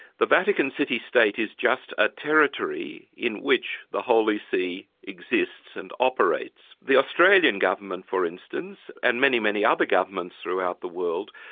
the vatican city state is just a territory in which the holy see exists and operates. the australian government, for instance, and many, many other governments throughout the world,